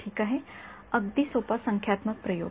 ठीक आहे अगदी सोपा संख्यात्मक प्रयोग